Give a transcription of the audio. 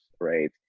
right